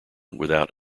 without